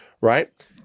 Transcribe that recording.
right